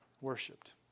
worshipped